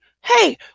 hey